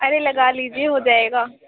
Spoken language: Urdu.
ارے لگا لیجیے ہو جائے گا